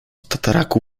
tataraku